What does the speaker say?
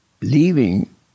leaving